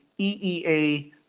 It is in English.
EEA